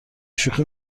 شوخی